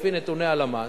לפי נתוני הלמ"ס,